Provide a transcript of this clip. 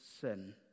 sin